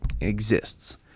exists